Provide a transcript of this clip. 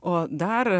o dar